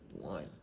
one